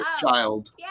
child